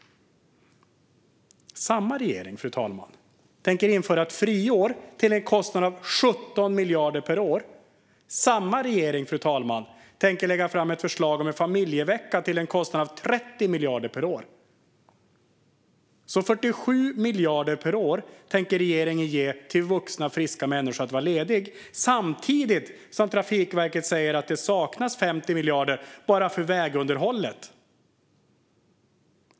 Samma regering tänker införa ett friår till en kostnad av 17 miljarder per år. Samma regering tänker lägga fram ett förslag om en familjevecka till en kostnad av 30 miljarder per år. 47 miljarder per år tänker regeringen alltså ge till vuxna, friska människor för att de ska vara lediga. Samtidigt säger Trafikverket att det saknas 50 miljarder bara för vägunderhållet.